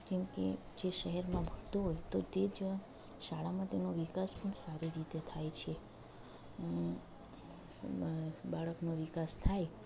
કેમકે જે શહેરમાં ભણતું હોય તો તે જ શાળામાં તેનો વિકાસ પણ સારી રીતે થાય છે બાળકનો વિકાસ થાય